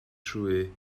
trwy